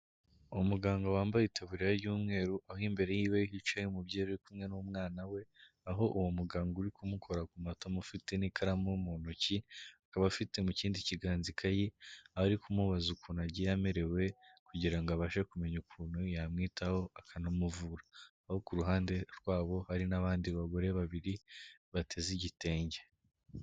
Uwo muganga wambaye itaburiya y'umweru, aho imbere yiwe hicaye umubyeyi uri kumwe n'umwana we, aho uwo muganga uri kumukora ku matamo ufite n'ikaramu mu ntoki, akaba afite mu kindi kiganza kayi ari kumubaza ukuntu agiye amerewe kugira ngo abashe kumenya ukuntu yamwitaho akanamuvura, aho ku ruhande rwabo hari n'abandi bagore babiri bateze igitenge.